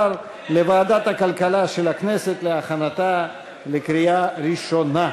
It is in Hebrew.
לוועדת הכלכלה של הכנסת להכנתה לקריאה ראשונה.